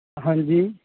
ਹਾਂਜੀ